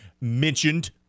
mentioned